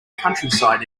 countryside